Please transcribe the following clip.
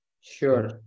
Sure